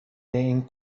این